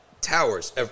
towers